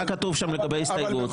מה כתוב שם לגבי הסתייגות?